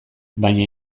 baina